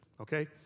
okay